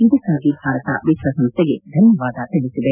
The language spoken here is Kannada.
ಇದಕ್ಕಾಗಿ ಭಾರತ ವಿಶ್ವಸಂಸ್ಥೆಗೆ ಧನ್ಯವಾದ ತಿಳಿಸಿದೆ